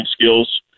skills